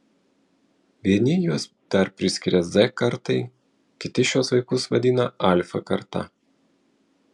vieni juos dar priskiria z kartai kiti šiuos vaikus vadina alfa karta